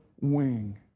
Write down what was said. wing